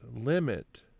limit